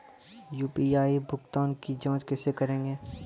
UPI भुगतान की जाँच कैसे करेंगे?